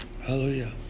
Hallelujah